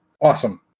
Awesome